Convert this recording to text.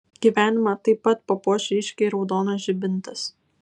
gyvenimą taip pat papuoš ryškiai raudonas žibintas